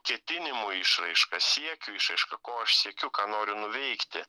ketinimų išraiška siekių išraiška ko aš siekiu ką noriu nuveikti